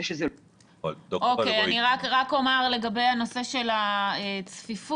שזה לא --- אני רק אומר לגבי הנושא של הצפיפות,